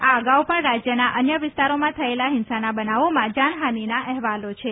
આ અગાઉ પણ રાજ્યના અન્ય વિસ્તારોમાં થયેલા હિંસાના બનાવોમાં જાનહાનિના અહેવાલો છે